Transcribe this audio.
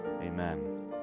Amen